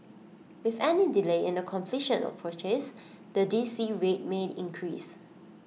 with any delay in the completion of the purchase the D C rate may increase